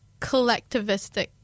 collectivistic